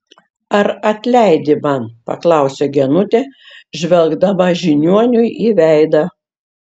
ar atleidi man paklausė genutė žvelgdama žiniuoniui į veidą